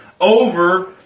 over